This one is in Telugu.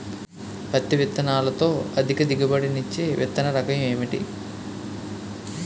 పత్తి విత్తనాలతో అధిక దిగుబడి నిచ్చే విత్తన రకం ఏంటి?